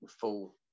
full